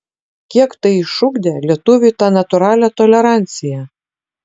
kiek tai išugdė lietuviui tą natūralią toleranciją